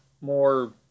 more